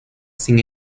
sin